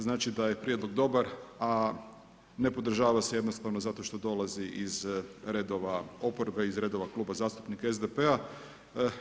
Znači da je Prijedlog dobar, a ne podržava se jednostavno zato što dolazi iz redova oporbe, iz redova Kluba zastupnika SDP-a.